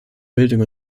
bildung